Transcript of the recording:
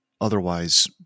Otherwise